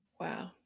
Wow